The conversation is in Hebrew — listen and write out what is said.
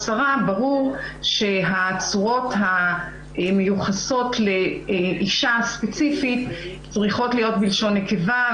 "שרה" ברור שהצורות המיוחסות לאישה ספציפית צריכות להיות בלשון נקבה,